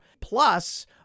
plus